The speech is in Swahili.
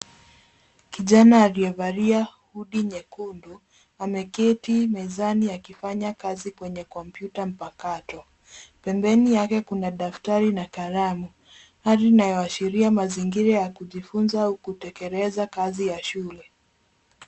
Kijana aliyevalia hoodie nyekundu ameketi mezani akifanya kazi kwenye kompyuta mpakato. Pembeni yake kuna daftari na kalamu, hali inayoashiria mazingira ya kujifunza au kutekeleza kazi ya shule.